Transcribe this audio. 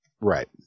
Right